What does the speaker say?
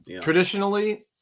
Traditionally